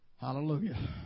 hallelujah